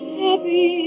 happy